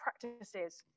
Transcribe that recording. practices